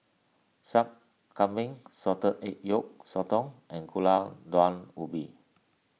Sup Kambing Salted Egg Yolk Sotong and Gulai Daun Ubi